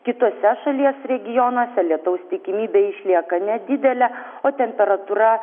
kituose šalies regionuose lietaus tikimybė išlieka nedidelė o temperatūra